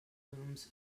looms